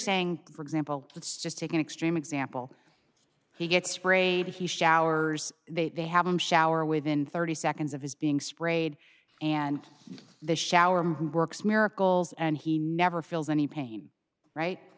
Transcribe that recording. saying for example let's just take an extreme example he gets sprayed he showers they they have him shower within thirty seconds of his being sprayed and this shower him who works miracles and he never feels any pain right